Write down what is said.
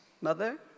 Mother